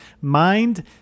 mind